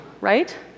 right